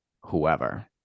whoever